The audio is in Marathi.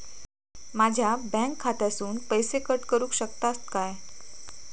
माझ्या बँक खात्यासून पैसे कट करुक शकतात काय?